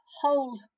whole